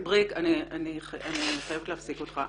בריק, אני חייבת להפסיק אותך.